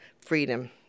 Freedom